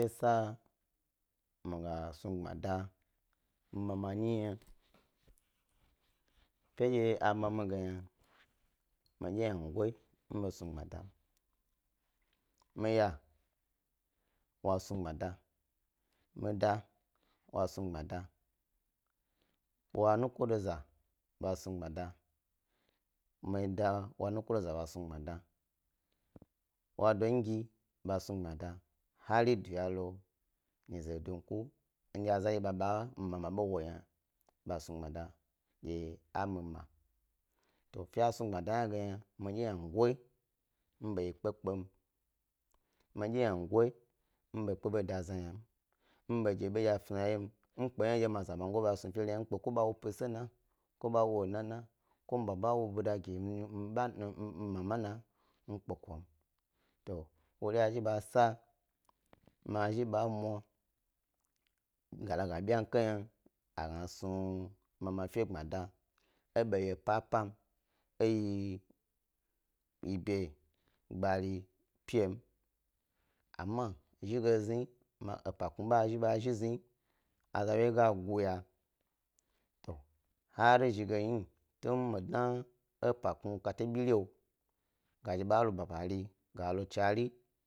Bendye sa mi gas nu gbmada mima ma, nyi yna, efe ndye a ma mi ge yna mi dye yna goyi mi bo snu gbmadam, mi yaw a snu gbmada, mi da was nu gbmada, wa nukoda za, mi da wa nukodo z aba snu gbmada, wa dongi bas nu gbmada har duya lo nyi ze dunku ndye azan dye ba ɓe mi mama ɓa snu gbmada dye a mi ma, to fe a snu gbmada hna ge yna midye yna goyi mi ba yikpe kpem, mi ba kpe ɓo ndye dazen ynam, mi badye bandye a snuyna wyewyem, mi kpe yna dye mi zamago a snu fe hna ynam ko ba wu pesana, ko ɓa wu ena na, ko mi baba wu pbada gi mi, nn bana, n mama na mi kpekom, to wori a zhi basa mazhi ba mwa, ga la ga abenkai yna gna a snu mafe gbmada, ebayi lo papam eyi ɓe gbari pi mamma zhi ge zni, epa kpmi a zhi ba zhi zni ewyewye ga guya to har zhi ge hni tu mi dna epa kpmi kate bire woga zhi ba lo ba bare ga lo chnare.